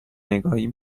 نگاهی